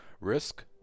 Risk